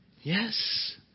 yes